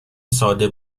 ساده